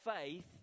faith